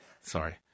sorry